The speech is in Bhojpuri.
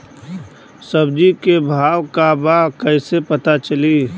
सब्जी के भाव का बा कैसे पता चली?